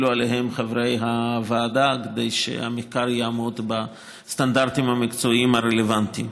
עליהם חברי הוועדה כדי שהמחקר יעמוד בסטנדרטים המקצועיים הרלוונטיים.